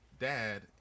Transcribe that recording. dad